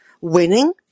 Winning